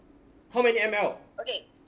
how many M_L